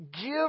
give